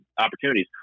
opportunities